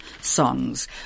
songs